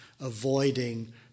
avoiding